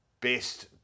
best